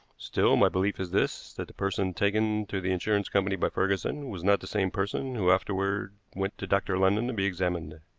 still, my belief is this, that the person taken to the insurance company by ferguson was not the same person who afterward went to dr. london to be examined.